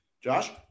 Josh